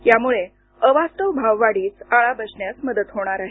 यामुळे अवास्तव भाववाढीस आळा बसण्यास मदत मिळणार आहे